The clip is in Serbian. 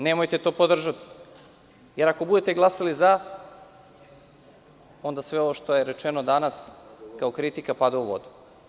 Nemojte to podržati, jer ako budete glasali za, onda sve ovo što je rečeno danas kao kritika pada u vodu.